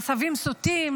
עשבים שוטים,